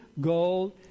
gold